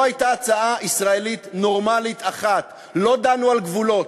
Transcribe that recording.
הייתה הצעה ישראלית נורמלית אחת: לא דנו על גבולות,